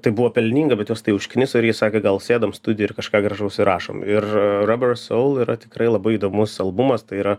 tai buvo pelninga bet juos tai užkniso ir jie sakė gal sėdam studijoj ir kažką gražaus įrašom ir rubber soul yra tikrai labai įdomus albumas tai yra